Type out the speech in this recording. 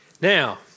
Now